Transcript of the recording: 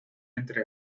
entre